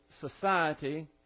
society